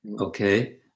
okay